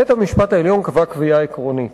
בית-המשפט העליון קבע קביעה עקרונית: